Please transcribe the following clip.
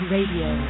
Radio